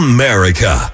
America